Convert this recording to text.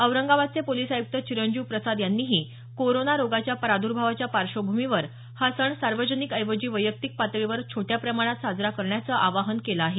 औरंगाबादचे पोलिस आय्क्त चिरंजीव प्रसाद यांनीही कोरोना रोगाच्या प्रादुर्भावाच्या पार्श्वभूमीवर हा सण सार्वजनीक ऐवजी वैयक्तिक पातळीवर छोट्या प्रमाणात साजरा करण्याचही आवाहन केलं आहे